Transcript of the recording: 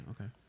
Okay